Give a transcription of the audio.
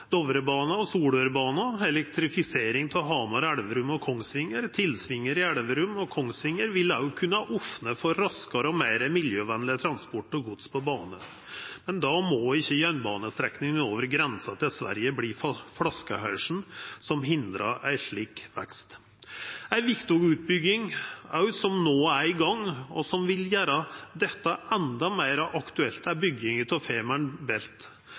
og Solørbanen og elektrifisering av Hamar, Elverum og Kongsvinger. Tilsvingar i Elverum og Kongsvinger vil òg kunna opna for raskare og meir miljøvenleg transport av gods på bane, men då må ikkje jernbanestrekninga over grensa til Sverige verta flaskehalsen som hindrar ein slik vekst. Ei viktig utbygging som no er i gang, og som vil gjera dette endå meir aktuelt, er bygginga av